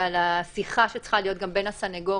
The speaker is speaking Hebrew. ועל השיחה שצריכה להיות בין הסנגור